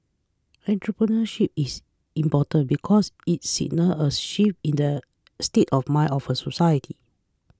entrepreneurship is important because it signals a shift in the state of mind of a society